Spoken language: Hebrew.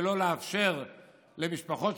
ולא לאפשר שם משפחות,